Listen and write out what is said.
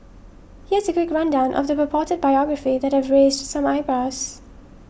here's a quick rundown of the purported biography that have raised some eyebrows